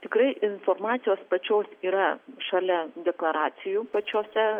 tikrai informacijos pačios yra šalia deklaracijų pačiose